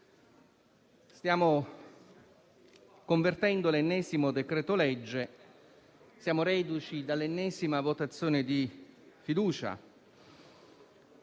stiamo convertendo l'ennesimo decreto-legge e siamo reduci dall'ennesima votazione di fiducia: